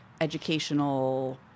educational